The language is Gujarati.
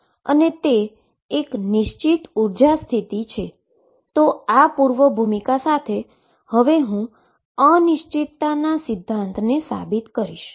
તે એક નિશ્ચિત એનર્જી સ્થિતિ છે તો આ પૃર્વભૂમિકા સાથે હવે હું અનસર્ટેનીટી પ્રિન્સીપલને સાબિત કરીશ